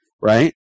right